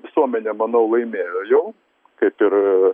visuomenė manau laimėjo jau kaip ir